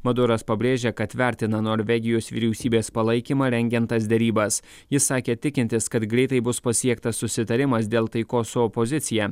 maduras pabrėžia kad vertina norvegijos vyriausybės palaikymą rengiant tas derybas jis sakė tikintis kad greitai bus pasiektas susitarimas dėl taikos su opozicija